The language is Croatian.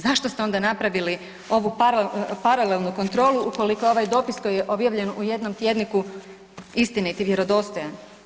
Zašto ste onda napravili ovu paralelnu kontrolu ukoliko je ovaj dopis koji je objavljen u jednom tjedniku istinit i vjerodostojan?